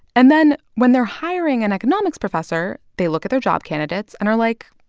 and then when they're hiring an economics professor, they look at their job candidates and are like,